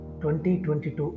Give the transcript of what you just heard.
2022